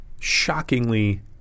Shockingly